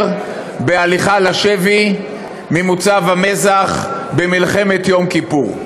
בהליכה לשבי ממוצב המזח במלחמת יום כיפור.